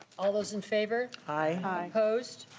all those in favor? aye. opposed?